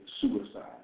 suicide